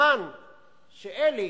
בזמן שאלה